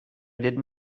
did